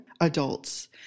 adults